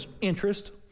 interest